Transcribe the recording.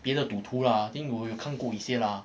别的赌徒 lah I think 我有看过一些啦